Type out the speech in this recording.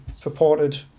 purported